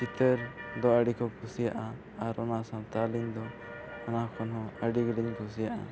ᱪᱤᱛᱟᱹᱨ ᱫᱚ ᱟᱹᱰᱤ ᱠᱚ ᱠᱩᱥᱤᱭᱟᱜᱼᱟ ᱟᱨ ᱚᱱᱟ ᱥᱟᱱᱛᱟᱞᱤ ᱫᱚ ᱚᱱᱟ ᱠᱷᱚᱱᱦᱚᱸ ᱟᱹᱰᱤ ᱜᱟᱱᱤᱧ ᱠᱩᱥᱤᱭᱟᱜᱼᱟ